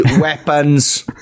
weapons